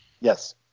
Yes